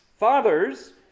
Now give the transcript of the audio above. Fathers